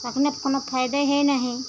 रखने पे कोनो फायदा हे नाहीं